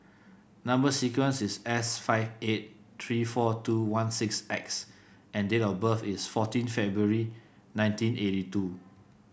number sequence is S five eight three four two one six X and date of birth is fourteen February nineteen eighty two